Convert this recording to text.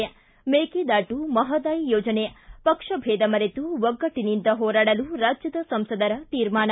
್ಲಿ ಮೇಕೆದಾಟು ಮಹದಾಯಿ ಯೋಜನೆ ಪಕ್ಷಭೇದ ಮರೆತು ಒಗ್ಗಟ್ಟನಿಂದ ಹೋರಾಡಲು ರಾಜ್ಯದ ಸಂಸದರ ತೀರ್ಮಾನ